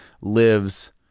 Lives